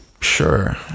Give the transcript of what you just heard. sure